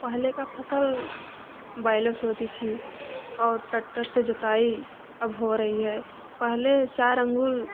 पहले का फसल बैलों से होती थी और ट्रेक्टर से जुताई अब हो रही है पहले चार अंगुल